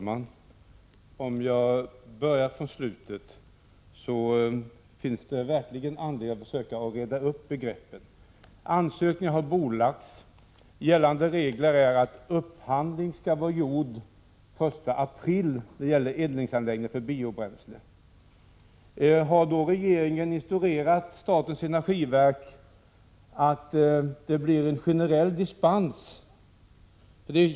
Herr talman! För att börja från slutet: Det finns verkligen anledning att försöka att reda ut begreppen. Ansökningarna har alltså bordlagts. Gällande regler är att upphandling skall vara gjord senast den 1 april när det gäller eldningsanläggning för biobränslen. Har då regeringen instruerat statens energiverk om att det blir en generell dispens från den regeln?